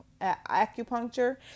acupuncture